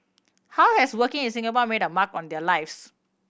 how has working in Singapore made a mark on their lives